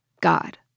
God